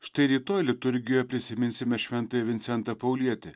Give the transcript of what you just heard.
štai rytoj liturgijoje prisiminsime šventąjį vincentą paulietį